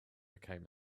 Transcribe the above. became